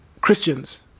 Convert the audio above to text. Christians